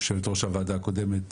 יושבת ראש הוועדה הקודמת